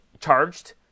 charged